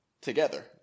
together